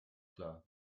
klar